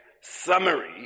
summary